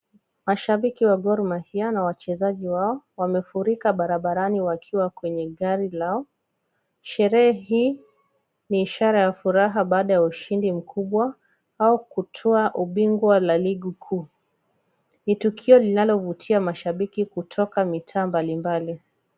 Mashabiki wa Gor Mahia na wachezaji wao wamefurika barabarani wakiwa kwenye gari lao. Sherehe hii ni ishara ya furaha baada na ushindi mkubwa au kutwaa ubingwa wa ligi kuu. Ni tukio linalovutia mashabiki kutoka mitaa mbalimbali.